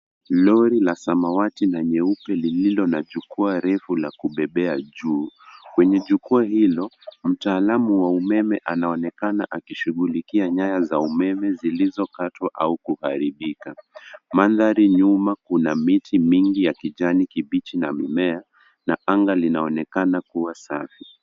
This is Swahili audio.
Lori la samawati na nyeupe lililo na jukwaa refu la kubebea juu. Kwenye jukwaa hilo, mtaalamu wa umeme anaonekana akishughulikia nyaya za umeme zilizokatwa au kuharibika. Mandhari nyuma kuna miti mingi ya kijani kibichi na mimea na anga linaonekana kuwa safi.